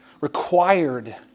required